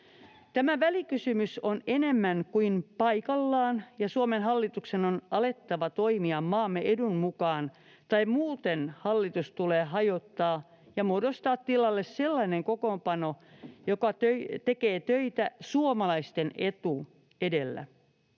Tämä välikysymys on enemmän kuin paikallaan, ja Suomen hallituksen on alettava toimia maamme edun mukaan, tai muuten hallitus tulee hajottaa ja muodostaa tilalle sellainen kokoonpano, joka tekee töitä suomalaisten etu edellä.